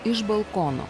iš balkono